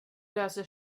löser